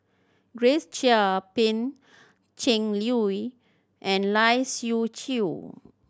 Grace Chia Pan Cheng Lui and Lai Siu Chiu